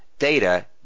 Data